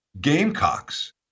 Gamecocks